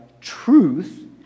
truth